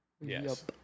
Yes